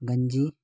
गञ्जी